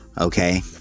okay